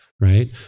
right